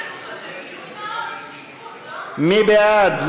מי בעד?